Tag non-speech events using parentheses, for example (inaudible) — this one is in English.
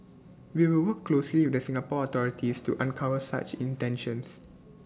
(noise) we will work closely with the Singapore authorities to uncover such intentions